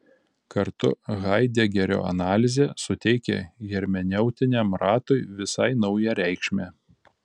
kartu haidegerio analizė suteikia hermeneutiniam ratui visai naują reikšmę